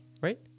right